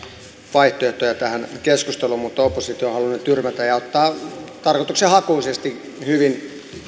vaihtoehtoja tähän keskusteluun mutta oppositio haluaa ne tyrmätä ja ottaa tarkoituksenhakuisesti hyvin